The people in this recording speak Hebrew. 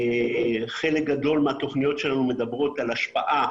חלק גדול מהתוכניות שלנו מדברות על השפעה